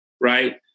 right